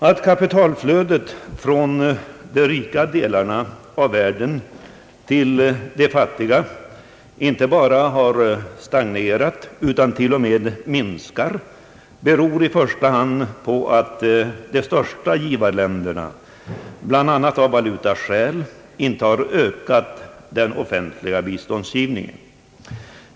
| Att kapitalflödet från de rika delarna av världen till de fattiga inte bara har stagnerat utan till och med minskar beror i första hand på att de största givarländerna, bl.a. av valutaskäl, inte har utökat den offentliga biståndsgivningen.